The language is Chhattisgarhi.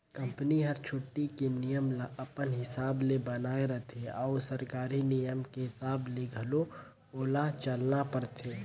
कंपनी हर छुट्टी के नियम ल अपन हिसाब ले बनायें रथें अउ सरकारी नियम के हिसाब ले घलो ओला चलना परथे